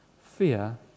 Fear